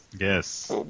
Yes